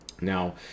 Now